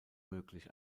möglich